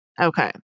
okay